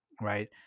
right